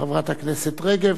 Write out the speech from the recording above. חברת הכנסת רגב,